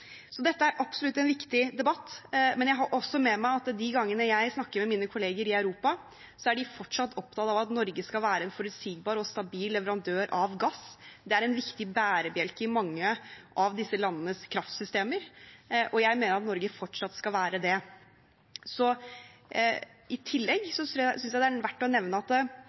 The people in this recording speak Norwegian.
Så dette er absolutt en viktig debatt. Men jeg har også med meg at de gangene jeg snakker med mine kollegaer i Europa, er de fortsatt opptatt av at Norge skal være en forutsigbar og stabil leverandør av gass. Det er en viktig bærebjelke i mange av disse landenes kraftsystemer, og jeg mener at Norge fortsatt skal være det. I tillegg synes jeg det er verdt å nevne at man tenker jo over dette – det